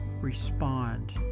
respond